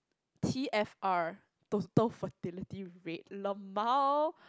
T_F_R total fertility rate L_M_A_O